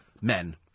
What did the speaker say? men